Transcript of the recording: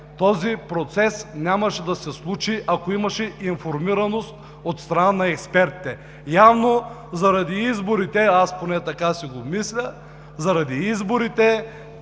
този процес нямаше да се случи, ако имаше информираност от страна на експертите. Явно заради изборите, аз поне така си мисля, тези неща се